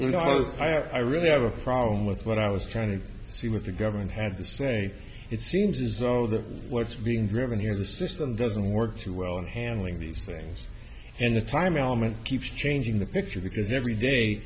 have i really have a problem with what i was trying to see what the government had to say it seems as though the what's being driven here is the system doesn't work too well in handling these things and the time element keeps changing the picture because every day